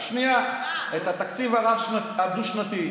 את התקציב הדו-שנתי.